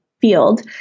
field